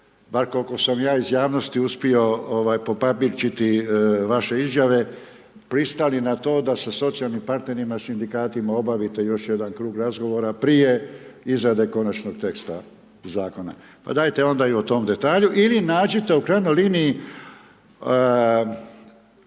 bar koliko sam ja iz javnosti uspio popapričiti vaše izjave pristali na to da sa socijalnim partnerima, sindikatima obavite još jedan krug razgovora prije izrade konačnog teksta zakona. Pa dajte onda i o tom detalju, ili nađite u krajnjoj liniji